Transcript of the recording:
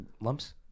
Lumps